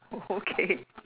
oh okay